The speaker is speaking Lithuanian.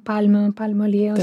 palmių palmių aliejaus